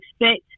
expect